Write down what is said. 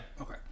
Okay